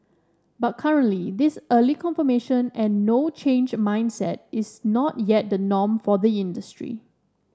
but currently this early confirmation and no change mindset is not yet the norm for the industry